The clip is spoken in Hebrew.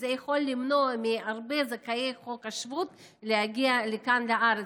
זה יכול למנוע מהרבה זכאי חוק השבות להגיע לכאן לארץ,